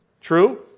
True